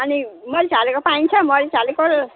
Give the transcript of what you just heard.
अनि मरिच हालेको पाइन्छ मरिच हालेको